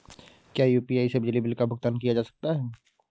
क्या यू.पी.आई से बिजली बिल का भुगतान किया जा सकता है?